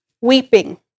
weeping